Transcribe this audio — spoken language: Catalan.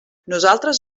nosaltres